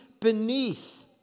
beneath